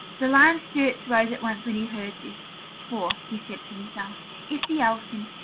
the lion's spirits rose at once when he heard this for, he said to himself, if the elephant,